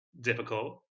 difficult